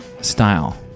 style